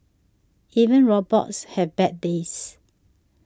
even robots have bad days